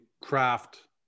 craft